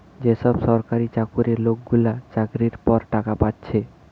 যে সব সরকারি চাকুরে লোকগুলা চাকরির পর টাকা পাচ্ছে